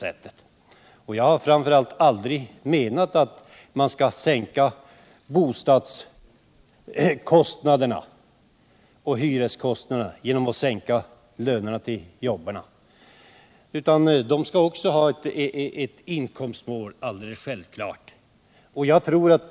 Men jag har framför allt inte menat att man skall sänka bostadskostnaderna och hyreskostnaderna genom att sänka lönerna till byggjobbarna, utan de skall också ha ett inkomstmål — det är alldeles självklart.